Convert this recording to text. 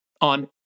on